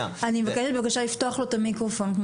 --- אני מבקשת לפתוח לו את המיקרופון.